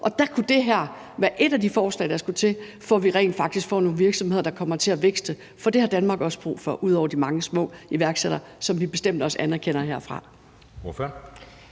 og der kunne det her være et af de forslag, der skal til, for at vi rent faktisk får nogle virksomheder, der kommer til at vækste, for det har Danmark også brug for – ud over de mange små iværksættere, som vi bestemt også anerkender herfra.